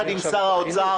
ביחד עם שר האוצר,